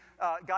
God